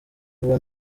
vuba